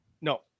No